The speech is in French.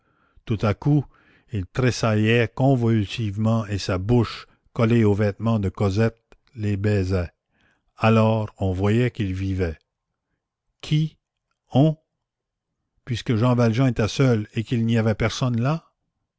tout à coup il tressaillait convulsivement et sa bouche collée aux vêtements de cosette les baisait alors on voyait qu'il vivait qui on puisque jean valjean était seul et qu'il n'y avait personne là